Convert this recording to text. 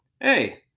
hey